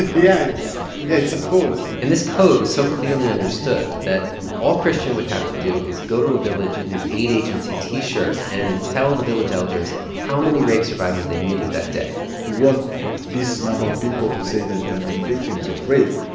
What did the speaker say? yeah yeah, it's a code and this code was so clearly understood that all christian would have to do is go to a village in his aid agency t-shirt and tell the village elders how many rape survivors they needed that day we want this number of people to say that they have been victims of rape.